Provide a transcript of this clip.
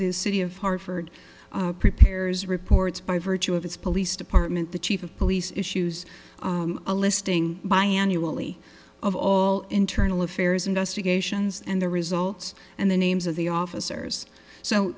this city of hartford prepares reports by virtue of its police department the chief of police issues a listing by annually of all internal affairs investigations and the results and the names of the officers so